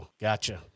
Gotcha